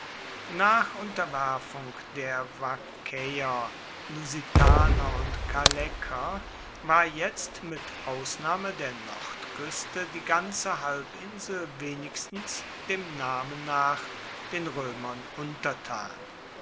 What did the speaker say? nach unterwerfung der vaccäer lusitaner und callaeker war jetzt mit ausnahme der nordküste die ganze halbinsel wenigstens dem namen nach den römern untertan